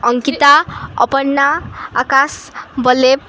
Ankita Aparna Akash ବଲେବ